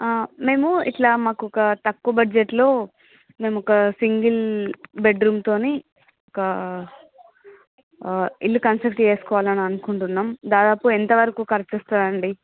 మేము ఇట్లా మాకు ఒక తక్కువ బడ్జెట్లో మేమొక సింగిల్ బెడ్ రూమ్తోని ఒక ఇల్లు కంస్ట్రక్ట్ చేసుకోవాలి అనుకుంటున్నాం దాదాపు ఎంత వరకు ఖర్చు వస్తదండి